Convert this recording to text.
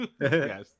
Yes